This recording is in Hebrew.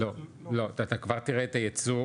אתה כבר תראה את הייצוא,